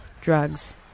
drugs